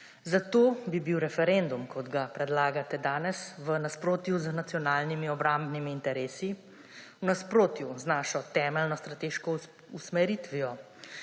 Zato bi bil referendum, kot ga predlagate danes, v nasprotju z nacionalnimi obrambnimi interesi, v nasprotju z našo temeljno strateško usmeritvijo,